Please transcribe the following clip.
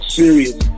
serious